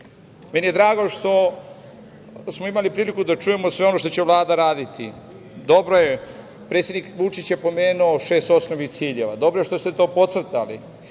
je drago što smo imali priliku da čujemo sve ono što će Vlada raditi. Dobro je, predsednik Vučić je pomenuo šest osnovnih ciljeva. Dobro je što ste to pocrtali